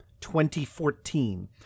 2014